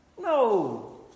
No